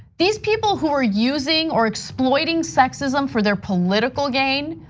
these people who are using or exploiting sexism for their political gain,